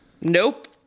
Nope